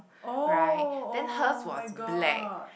oh [oh]-my-god